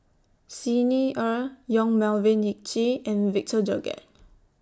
Xi Ni Er Yong Melvin Yik Chye and Victor Doggett